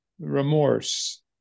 remorse